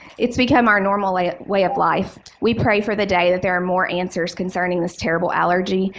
it's become our normal way ah way of life. we pray for the day that there are more answers concerning this terrible allergy.